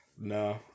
No